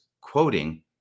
quoting